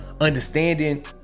understanding